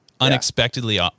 unexpectedly